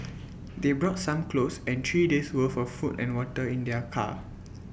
they brought some clothes and three days' worth of food and water in their car